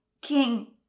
king